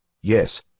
Yes